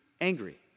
angry